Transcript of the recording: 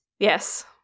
Yes